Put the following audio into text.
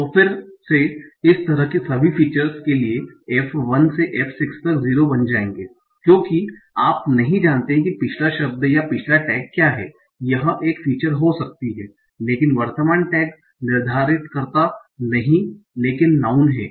तो फिर से इसी तरह की सभी फीचर्स के लिए f 1 से f 6 तक 0 बन जाएंगे क्योंकि आप नहीं जानते कि पिछला शब्द या पिछला टैग क्या है यह एक फीचर हो सकती है लेकिन वर्तमान टैग निर्धारितकर्ता नहीं लेकिन नाऊँन है